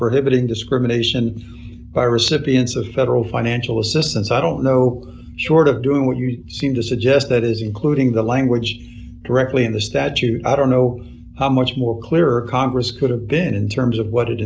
prohibiting discrimination by recipients of federal financial assistance i don't know short of doing what you seem to suggest that is including the language directly in the statute i don't know how much more clearer congress could have been in terms of what it